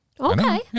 Okay